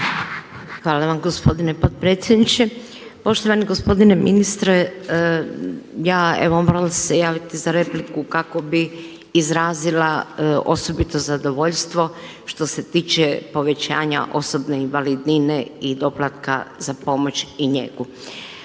Hvala vam gospodine potpredsjedniče. Poštovani gospodine ministre, ja evo morala sam se javiti za repliku kako bih izrazila osobito zadovoljstvo što se tiče povećanja osobne invalidnine i doplatka za pomoć i njegu.